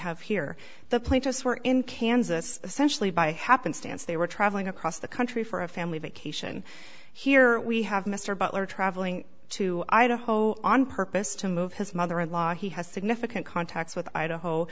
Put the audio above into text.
have here the plaintiffs were in kansas essentially by happenstance they were traveling across the country for a family vacation here we have mr butler traveling to idaho on purpose to move his mother in law he has significant contacts with idaho